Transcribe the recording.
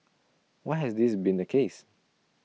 why has this been the case